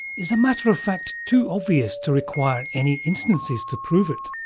is a matter of fact too obvious to require any instances to prove it